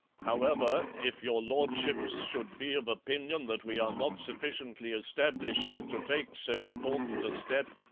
however, if your lordships should be of opinion that we are not sufficiently established to take so important a step,